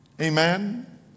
Amen